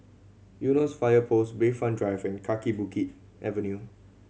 Eunos Fire Post Bayfront Drive and Kaki Bukit Avenue